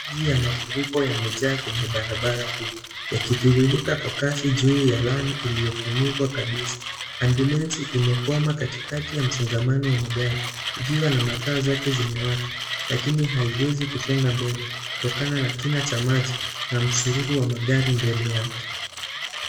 Maji ya mafuriko yamejaa kwenye barabara kuu yakitiririka kwa Kasi juu ya lami iliyofunikwa kabisa. Ambulensi imekwama Kati kati ya msongamano ya magari ikiwa na mataa zake zimewaka lakini haiwezi kusonga mbele kutokana na kina cha maji na msururu wa magari mbele yake .